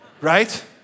right